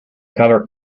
cover